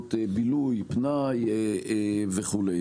אפשרויות בילוי, פנאי וכו'.